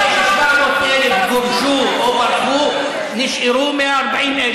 כי זה ערבים, דרוזים, נוצרים, צ'רקסים.